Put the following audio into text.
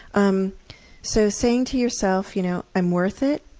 um so saying to yourself you know i'm worth it